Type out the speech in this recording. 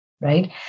right